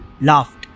laughed